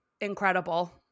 incredible